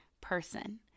person